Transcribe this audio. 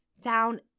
down